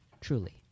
truly